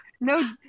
No